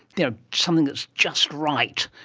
yeah something that's just right,